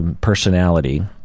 personality